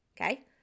okay